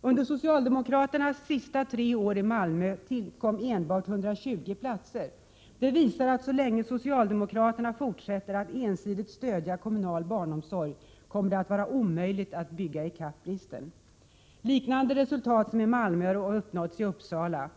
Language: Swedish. Under socialdemokraternas sista tre år i Malmö tillkom enbart 120 platser. Det visar att så länge socialdemokraterna fortsätter att ensidigt stödja kommunal barnomsorg kommer det att vara omöjligt att bygga ikapp bristen. Liknande resultat som i Malmö har uppnåtts i Uppsala.